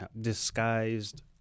disguised